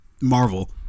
Marvel